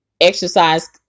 exercise